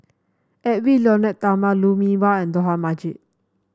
Edwy Lyonet Talma Lou Mee Wah and Dollah Majid